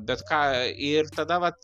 bet ką ir tada vat